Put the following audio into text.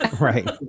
Right